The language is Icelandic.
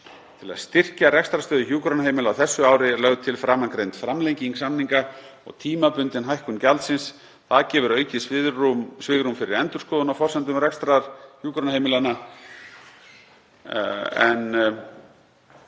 Til að styrkja rekstrarstöðu hjúkrunarheimila á þessu ári er lögð til framangreind framlenging samninga og tímabundin hækkun daggjalds. Það gefur aukið svigrúm fyrir endurskoðun á forsendum rekstrar hjúkrunarheimila.